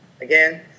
Again